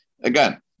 Again